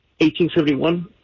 1871